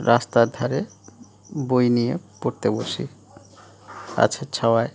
রাস্তার ধারে বই নিয়ে পড়তে বসি গাছের ছাওয়ায়